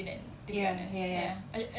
ya ya ya